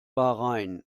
bahrain